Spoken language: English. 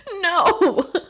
no